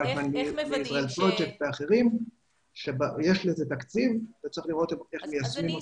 יש לזה תקציב וצריך לראות איך מיישמים אותו.